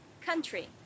Country